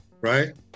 right